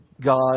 god